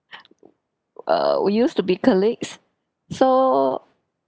uh we used to be colleagues so